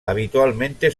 habitualmente